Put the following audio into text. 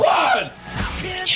one